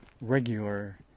regular